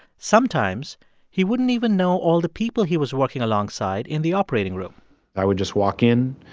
sometimes he wouldn't even know all the people he was working alongside in the operating room i would just walk in.